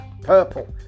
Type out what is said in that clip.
Purple